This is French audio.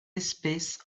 espèce